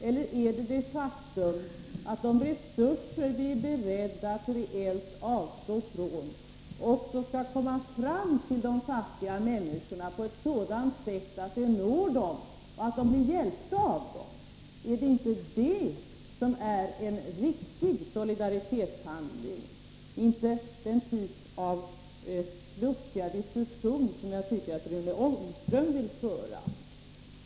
Eller är det faktum att de resurser som vi är beredda att reellt avstå från verkligen skall nå dessa människor och att de blir hjälpta av dem det som är det viktiga? Är det inte det senare som är en riktig solidaritetshandling — inte den typen av luftiga diskussioner som jag tycker att Rune Ångström vill föra?